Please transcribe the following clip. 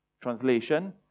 Translation